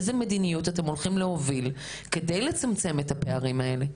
איזה מדיניות אתם הולכים להוביל כדי לצמצם את הפערים האלה.